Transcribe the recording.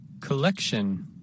Collection